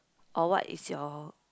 or what is your